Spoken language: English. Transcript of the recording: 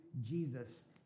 Jesus